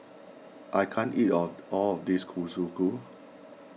I can't eat of all of this Kalguksu